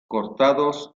cortados